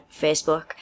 Facebook